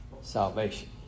salvation